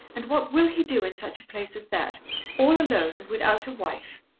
and what will he do in such a place as that all alone and without a wife?